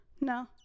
No